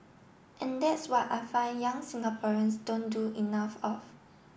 and that's what I find young Singaporeans don't do enough of